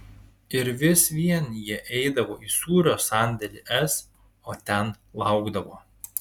ir vis vien jie eidavo į sūrio sandėlį s o ten laukdavo